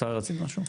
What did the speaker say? שרי רצית משהו?